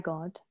God